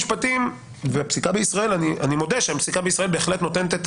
אני מודה שהפסיקה בישראל היא בהחלט נותנת את